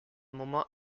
moment